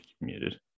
Muted